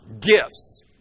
gifts